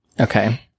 Okay